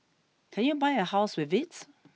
can you buy a house with it